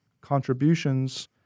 contributions